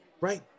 right